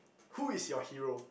who is your hero